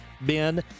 ben